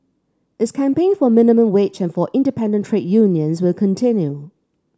its campaign for minimum wage and for independent trade unions will continue